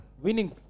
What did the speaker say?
Winning